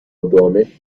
دانش